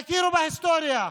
תכירו בהיסטוריה,